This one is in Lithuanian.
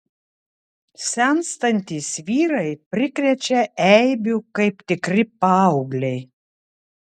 senstantys vyrai prikrečia eibių kaip tikri paaugliai